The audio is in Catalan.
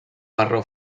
marró